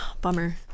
Bummer